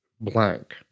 blank